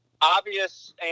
obvious